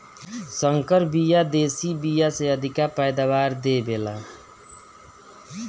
संकर बिया देशी बिया से अधिका पैदावार दे वेला